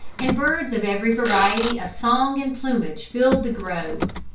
and birds of every variety of song and plumage filled the groves.